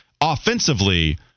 Offensively